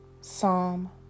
Psalm